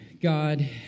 God